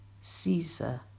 Caesar